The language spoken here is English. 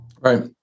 Right